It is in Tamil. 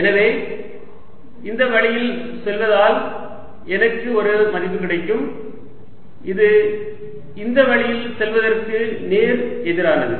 எனவே இந்த வழியில் செல்வதால் எனக்கு ஒரு மதிப்பு கிடைக்கும் இது இந்த வழியில் செல்வதற்கு நேர் எதிரானது